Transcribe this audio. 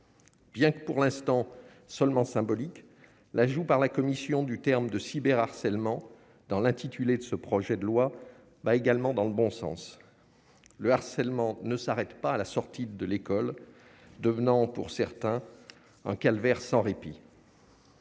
bien que pour l'instant seulement symbolique, l'ajout par la commission du terme de cyber harcèlement dans l'intitulé de ce projet de loi va également dans le bon sens, le harcèlement ne s'arrête pas à la sortie de l'école, devenant pour certains un calvaire sans répit.